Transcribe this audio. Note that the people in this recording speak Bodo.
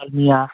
दालमिया